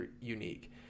unique